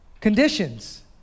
conditions